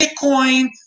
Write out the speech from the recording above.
Bitcoin